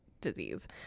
disease